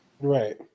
right